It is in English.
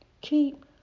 Keep